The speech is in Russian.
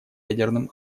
ядерным